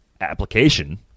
application